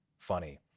funny